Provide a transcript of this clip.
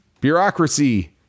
bureaucracy